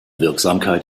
wirksamkeit